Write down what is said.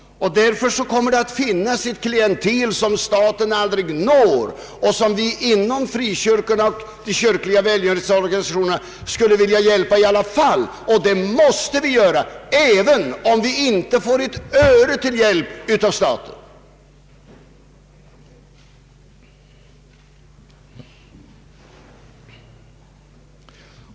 Därför kommer det att finnas ett klientel, som staten aldrig når och som vi inom de frikyrkliga och kyrkliga välgörenhetsorganisationerna skulle = vilja hjälpa i alla fall. Och det måste vi göra, även om vi inte får ett öre till hjälp av staten.